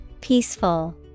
peaceful